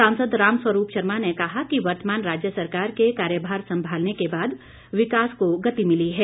सांसद राम स्वरूप शर्मा ने कहा कि वर्तमान राज्य सरकार के कार्यभार संभालने के बाद विकास को गति मिली है